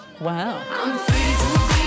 Wow